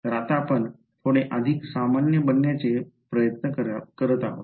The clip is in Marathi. तर आता आपण थोडे अधिक सामान्य बनण्याचे प्रत्यन करत आहोत